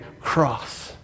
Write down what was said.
cross